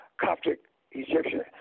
Coptic-Egyptian